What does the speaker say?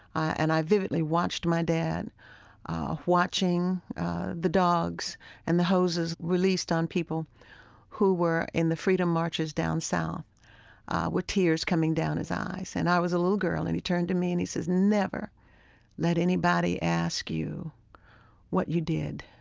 and i vividly watched my dad watching the dogs and the hoses released on people who were in the freedom marches down south with tears coming down his eyes. and i was a little girl, and he turned to me and he says, never let anybody ask you what you did